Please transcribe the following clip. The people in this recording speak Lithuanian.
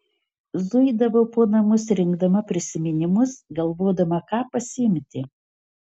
zuidavau po namus rinkdama prisiminimus galvodama ką pasiimti